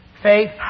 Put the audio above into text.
Faith